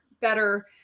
better